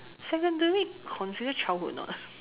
secondary consider childhood or not ah